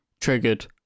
triggered